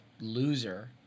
loser